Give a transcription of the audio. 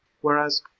Whereas